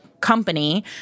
company